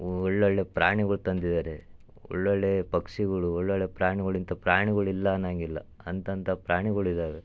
ಒಳ್ಳೊಳ್ಳೆಯ ಪ್ರಾಣಿಗಳು ತಂದಿದ್ದಾರೆ ಒಳ್ಳೊಳ್ಳೆಯ ಪಕ್ಷಿಗಳು ಒಳ್ಳೊಳ್ಳೆಯ ಪ್ರಾಣಿಗಳು ಇಂಥ ಪ್ರಾಣಿಗಳು ಇಲ್ಲ ಅನ್ನೋಂಗಿಲ್ಲ ಅಂತಂಥ ಪ್ರಾಣಿಗಳಿದಾವೆ